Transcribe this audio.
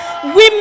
Women